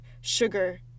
sugar